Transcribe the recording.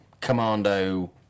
commando